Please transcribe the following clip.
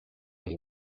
and